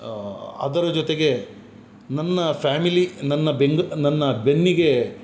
ಅದರ ಜೊತೆಗೆ ನನ್ನ ಫ್ಯಾಮಿಲಿ ನನ್ನ ಬೆಂದು ನನ್ನ ಬೆನ್ನಿಗೆ